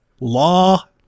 law